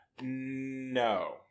No